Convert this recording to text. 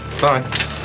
Bye